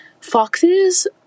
foxes